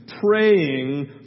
praying